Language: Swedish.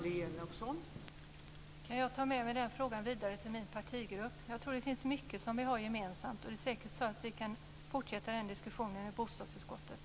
Fru talman! Kan jag ta med mig den frågan vidare till min partigrupp? Jag tror att det finns mycket som vi har gemensamt. Säkert kan vi fortsätta den här diskussionen i bostadsutskottet.